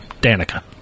Danica